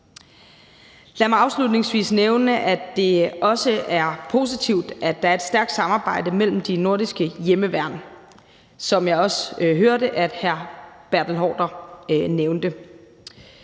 Lad mig afslutningsvis nævne, at det også er positivt, at der er et stærkt samarbejde mellem de nordiske hjemmeværn, som jeg også hørte hr. Bertel Haarder nævne.